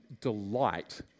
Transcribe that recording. delight